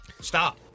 Stop